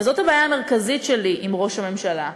וזאת הבעיה המרכזית שלי עם ראש הממשלה,